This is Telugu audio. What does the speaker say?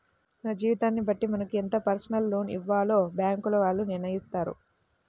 మన జీతాన్ని బట్టి మనకు ఎంత పర్సనల్ లోన్ ఇవ్వాలో బ్యేంకుల వాళ్ళు నిర్ణయిత్తారు